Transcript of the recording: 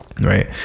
right